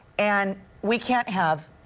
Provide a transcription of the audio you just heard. and we can't have